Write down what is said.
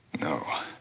no.